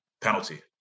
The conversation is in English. penalty